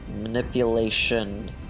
manipulation